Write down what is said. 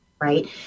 right